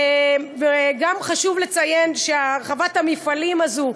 וגם על ועדה מקומית עצמאית,